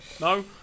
No